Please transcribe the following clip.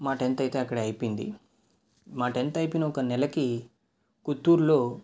మా టెన్త్ అయితే అక్కడే అయిపోయింది మా టెన్త్ అయిపోయిన ఒక నెలకి కుత్తూరులో